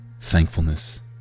thankfulness